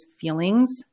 feelings